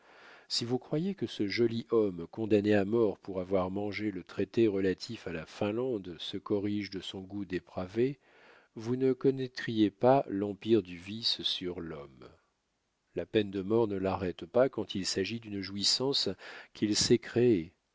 si vous croyiez que ce joli homme condamné à mort pour avoir mangé le traité relatif à la finlande se corrige de son goût dépravé vous ne connaîtriez pas l'empire du vice sur l'homme la peine de mort ne l'arrête pas quand il s'agit d'une jouissance qu'il s'est créée